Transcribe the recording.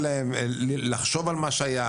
שימצאו את המקום שלהם לחשוב על מה שהיה,